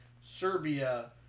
Serbia